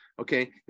okay